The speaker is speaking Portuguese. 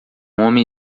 homem